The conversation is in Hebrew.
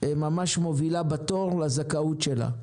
ממש מובילה בתור לזכאות שלה.